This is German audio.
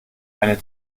eine